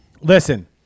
Listen